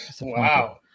Wow